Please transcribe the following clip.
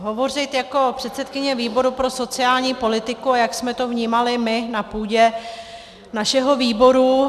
Hovořit jako předsedkyně výboru pro sociální politiku, a jak jsme to vnímali my na půdě našeho výboru.